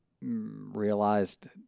realized